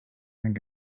and